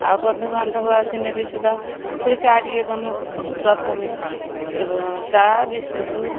ଆଉ ବନ୍ଧୁବାନ୍ଧବ ଆସିନେ ବି ସୁଦ୍ଧା ସେ ଚା ଟିକେ ଦମୁଁ ପ୍ରଥମେ ଚା ବିସ୍କୁଟୁ